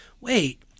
wait